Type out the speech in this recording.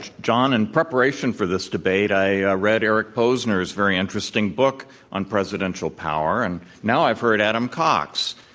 john. in preparation for this debate, i read eric posner's very interesting book on presidential power. and now i've heard adam cox.